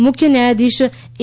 મુખ્ય ન્યાયાધીશ એ